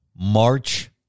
March